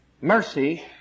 Mercy